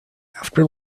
after